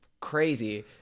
crazy